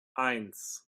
eins